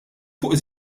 fuq